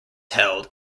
held